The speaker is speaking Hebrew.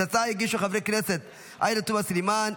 את ההצעה הגישו חברי הכנסת עאידה תומא סלימאן,